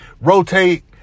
rotate